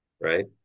right